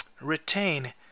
retain